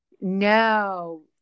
No